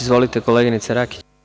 Izvolite, koleginice Rakić.